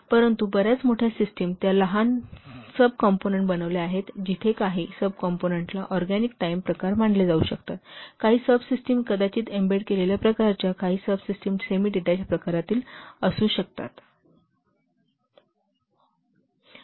परंतु बर्याच मोठ्या सिस्टिम त्या अनेक लहान सब कॉम्पोनन्ट बनवल्या आहेत जिथे काही सब कॉम्पोनन्ट ऑरगॅनिक टाईम प्रकार मानले जाऊ शकतात काही सब सिस्टिम कदाचित एम्बेड केलेल्या प्रकारच्या काही सब सिस्टिम सेमी डिटॅच प्रकारातील असू शकतात ठीक आहे